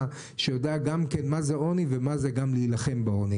שיודע מה זה עוני ומה זה גם להילחם בעוני.